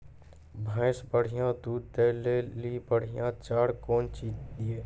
भैंस बढ़िया दूध दऽ ले ली बढ़िया चार कौन चीज दिए?